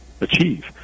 achieve